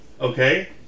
Okay